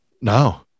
No